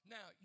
Now